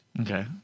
Okay